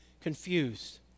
confused